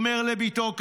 שאומר לבתו,